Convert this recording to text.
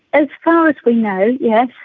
as far as we know, yeah